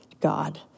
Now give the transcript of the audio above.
God